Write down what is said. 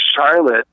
Charlotte